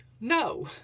No